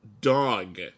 Dog